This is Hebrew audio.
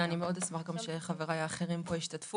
כן, אני מאוד אשמח גם שחבריי האחרים פה ישתתפו.